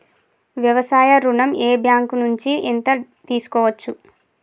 వ్యవసాయ ఋణం ఏ బ్యాంక్ నుంచి ఎంత తీసుకోవచ్చు?